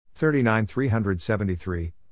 39373